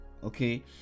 okay